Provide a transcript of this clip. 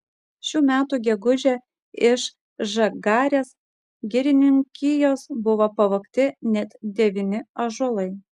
šių metų gegužę iš žagarės girininkijos buvo pavogti net devyni ąžuolai